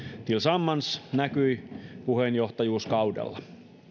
tillsammans näkyi puheenjohtajuuskaudella